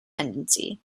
tendency